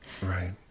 Right